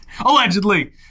Allegedly